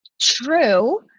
true